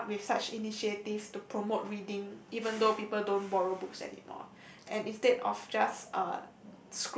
come up with such initiatives to promote reading even though people don't borrow books anymore and instead of just uh